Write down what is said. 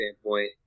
standpoint